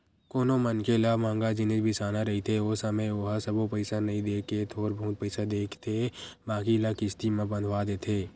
कोनो मनखे ल मंहगा जिनिस बिसाना रहिथे ओ समे ओहा सबो पइसा नइ देय के थोर बहुत पइसा देथे बाकी ल किस्ती म बंधवा देथे